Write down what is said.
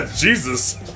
Jesus